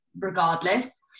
regardless